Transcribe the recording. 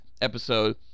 episode